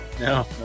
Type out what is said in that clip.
No